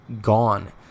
gone